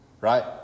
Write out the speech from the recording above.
right